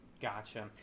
Gotcha